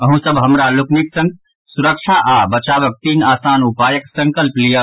अहूँ सब हमरा लोकनिक संग सुरक्षा आ बचावक तीन आसान उपायक संकल्प लियऽ